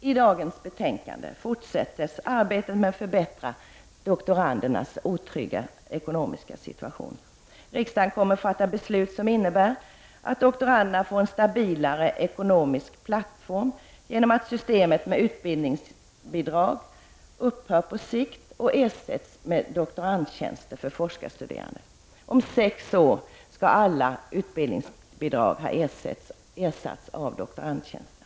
I dagens betänkande inleds arbetet med att förbättra doktorandernas otrygga ekonomiska situation. Riksdagen kommer att fatta beslut som innebär att doktorander får en stabilare ekonomisk plattform genom att systemet med utbildningsbidrag upphör på sikt och ersätts med doktorandtjänster för forskarstuderanden. Inom sex år skall alla utbildningsbidrag ha ersatts av doktorandtjänster.